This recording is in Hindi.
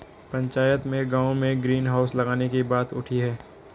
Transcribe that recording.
पंचायत में गांव में ग्रीन हाउस लगाने की बात उठी हैं